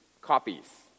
copies